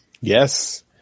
Yes